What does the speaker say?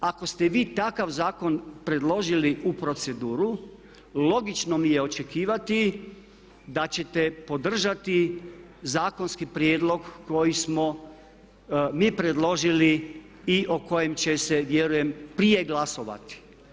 Ako ste vi takav zakon predložili u proceduru, logično mi je očekivati da ćete podržati zakonski prijedlog koji smo mi predložili i o kojem će se vjerujem prije glasovati.